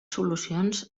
solucions